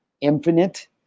infinite